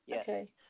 okay